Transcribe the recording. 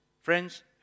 Friends